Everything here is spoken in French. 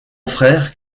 frère